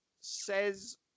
says